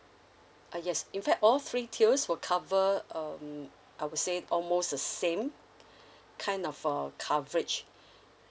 uh yes in fact all three tiers will cover um I would say almost the same kind of for uh coverage